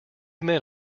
men